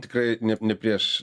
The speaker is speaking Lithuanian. tikrai ne ne prieš